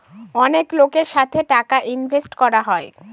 অনেক লোকের সাথে টাকা ইনভেস্ট করা হয়